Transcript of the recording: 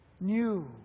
New